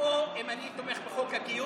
אם אנחנו פה, אם אני תומך בחוק הגיוס,